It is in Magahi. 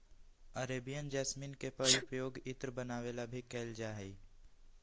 अरेबियन जैसमिन के पउपयोग इत्र बनावे ला भी कइल जाहई